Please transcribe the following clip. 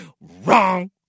wrong